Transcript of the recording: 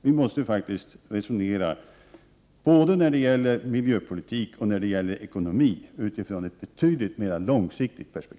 Vi måste faktiskt resonera utifrån ett betydligt mer långsiktigt perspektiv både när det gäller miljöpolitik och i fråga om ekonomi.